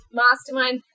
mastermind